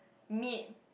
meat